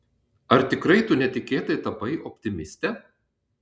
ar tikrai tu netikėtai tapai optimiste